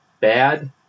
bad